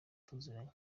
tuziranye